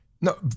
No